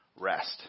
rest